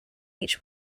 each